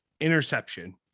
interception